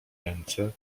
ręce